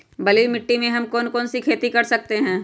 बलुई मिट्टी में हम कौन कौन सी खेती कर सकते हैँ?